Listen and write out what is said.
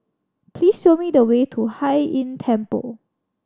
please show me the way to Hai Inn Temple